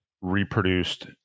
reproduced